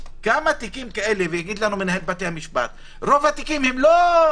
כמה תיקים כאלה ויגיד לנו מנהל בתי המשפט רוב התיקים אינם